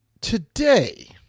today